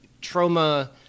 trauma